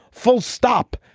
full stop.